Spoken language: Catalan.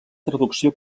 traducció